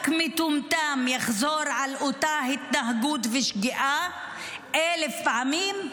רק מטומטם יחזור על אותה התנהגות ושגיאה אלף פעמים,